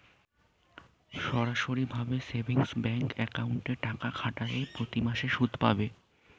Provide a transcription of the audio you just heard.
সরাসরি savings bank অ্যাকাউন্টে টাকা খাটালে প্রতিমাসে সুদ পাবে